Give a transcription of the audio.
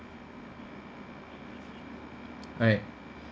alright